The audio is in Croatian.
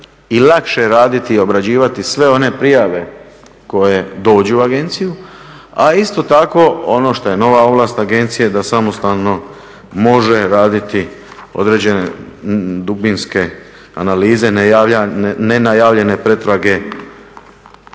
i lakše raditi i obrađivati sve one prijave koje dođu u agenciju a isto tako ono što je nova ovlast agencije da samostalno može raditi određene dubinske analize, nenajavljene pretrage.